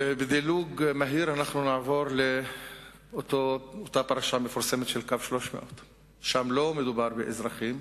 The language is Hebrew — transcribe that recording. בדילוג מהיר נעבור לאותה פרשה מפורסמת של קו 300. שם לא מדובר באזרחים,